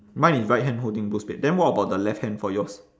mine is right hand holding both spade then what about the left hand for yours